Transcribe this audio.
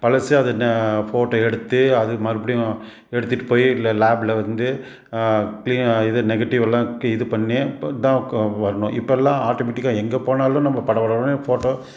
பழசு அதுனால் ஃபோட்டோ எடுத்து அது மறுபடியும் எடுத்துகிட்டு போய் ல லேப்பில் வந்து க்ளீன் இது நெகட்டிவெல்லாம் கி இது பண்ணி தான் வரணும் இப்பெல்லாம் ஆட்டோமெட்டிக்காக எங்கே போனாலும் நம்ம பட பட படனு ஃபோட்டோ